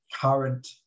current